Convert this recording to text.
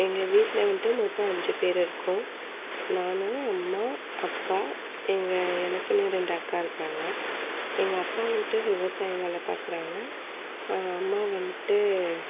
எங்கள் வீட்டில் வந்துட்டு மொத்தம் அஞ்சு பேர் இருக்கோம் நான் அம்மா அப்பா எங்கள் எனக்குன்னு ரெண்டு அக்கா இருக்காங்க எங்கள் அப்பா வந்துட்டு விவசாயம் வேலை பார்க்குறாங்க அம்மா வந்துட்டு